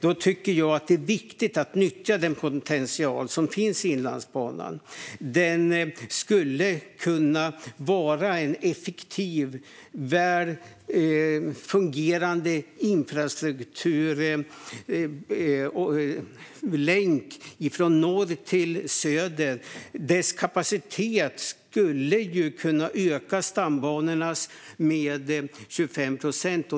Då tycker jag att det är viktigt att nyttja den potential som finns i Inlandsbanan. Den skulle kunna vara en effektiv och väl fungerande infrastrukturlänk från norr till söder. Dess kapacitet skulle kunna öka stambanornas med 25 procent.